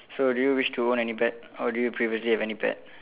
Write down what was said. so do you wish to own any pet or do you previously have any pet